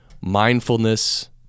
mindfulness